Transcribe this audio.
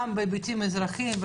היבטים אזרחיים.